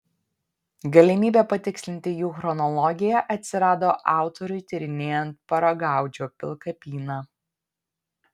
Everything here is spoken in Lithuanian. galimybė patikslinti jų chronologiją atsirado autoriui tyrinėjant paragaudžio pilkapyną